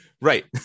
Right